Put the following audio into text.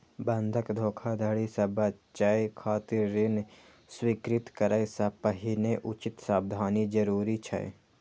बंधक धोखाधड़ी सं बचय खातिर ऋण स्वीकृत करै सं पहिने उचित सावधानी जरूरी छै